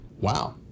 Wow